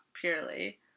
purely